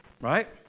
Right